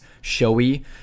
showy